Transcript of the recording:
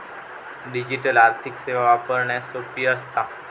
digital आर्थिक सेवा वापरण्यास सोपी असता